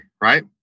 right